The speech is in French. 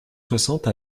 soixante